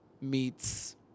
meets